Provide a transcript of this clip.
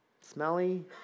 smelly